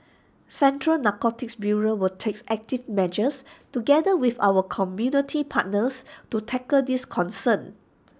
central narcotics bureau will takes active measures together with our community partners to tackle this concern